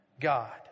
God